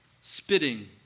spitting